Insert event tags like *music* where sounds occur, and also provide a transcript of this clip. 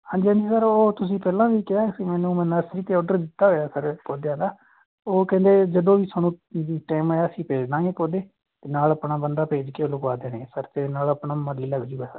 ਹਾਂਜੀ ਹਾਂਜੀ ਸਰ ਉਹ ਤੁਸੀਂ ਪਹਿਲਾਂ ਵੀ ਕਿਹਾ ਸੀ ਮੈਨੂੰ ਮੈਂ ਨਰਸਰੀ ਤੋਂ ਆਰਡਰ ਦਿੱਤਾ ਹੋਇਆ ਸਰ ਪੌਦਿਆਂ ਦਾ ਉਹ ਕਹਿੰਦੇ ਜਦੋਂ ਵੀ ਤੁਹਾਨੂੰ *unintelligible* ਟਾਈਮ ਆਇਆ ਅਸੀਂ ਭੇਜਦਾਂਗੇ ਪੌਦੇ ਅਤੇ ਨਾਲ ਆਪਣਾ ਬੰਦਾ ਭੇਜ ਕੇ ਉਹ ਲਗਵਾ ਦੇਣੇ ਆ ਸਰ ਫਿਰ ਨਾਲ ਆਪਣਾ ਮਾਲੀ ਲੱਗਜੂਗਾ ਸਰ